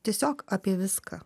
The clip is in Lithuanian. tiesiog apie viską